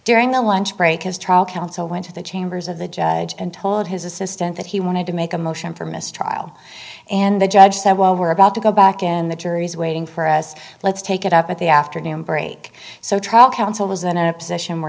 during the lunch break his trial counsel went to the chambers of the judge and told his assistant that he wanted to make a motion for mistrial and the judge said well we're about to go back in the jury's waiting for us let's take it up at the afternoon break so trial counsel was in a position where